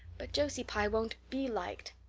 but josie pye won't be liked.